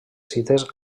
cites